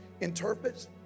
interprets